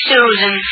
Susan